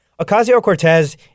Ocasio-Cortez